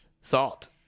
Salt